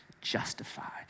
Justified